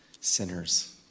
sinners